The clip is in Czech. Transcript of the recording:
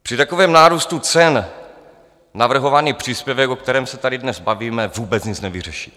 Při takovém nárůstu cen navrhovaný příspěvek, o kterém se tady dnes bavíme, vůbec nic nevyřeší.